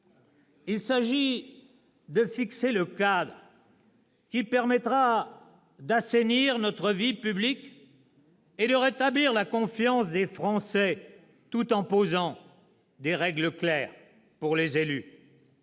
Il s'agit de fixer le cadre qui permettra d'assainir notre vie publique et de rétablir la confiance des Français tout en posant des règles claires pour les élus.